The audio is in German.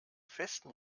festen